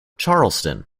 charleston